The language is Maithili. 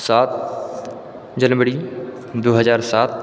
सात जनवरी दू हजार सात